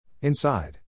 Inside